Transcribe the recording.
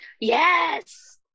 Yes